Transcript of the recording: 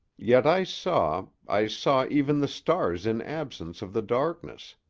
yet i saw i saw even the stars in absence of the darkness.